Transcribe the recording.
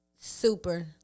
Super